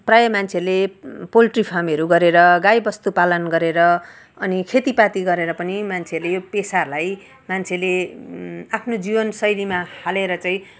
प्रायः मान्छेहरूले पोल्ट्री फार्महरू गरेर गाई बस्तु पालन गरेर अनि खेतीपाती गरेर पनि मान्छेहरूले यो पेशालाई मान्छेले आफ्नो जीवन शैलीमा हालेर चाहिँ